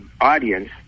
audience